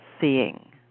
seeing